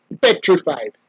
petrified